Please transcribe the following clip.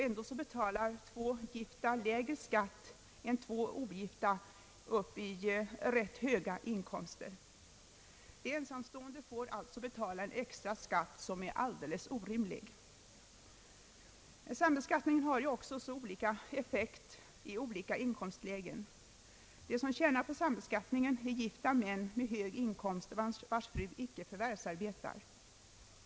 Ändå betalar två gifta lägre skatt än två ogifta upp till ganska höga inkomster. De ensamstående får alltså betala en extra skatt som är alldeles orimlig. Sambeskatiningen har också olika effekt i olika inkomstlägen. De som tjänar på sambeskattningen är gifta män med hög inkomst, vilkas fruar icke förvärvsarbetar.